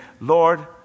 Lord